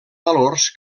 valors